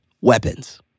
weapons